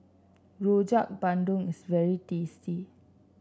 Rojak Bandung is very tasty